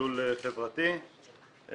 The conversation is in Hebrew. מסלול חברתי,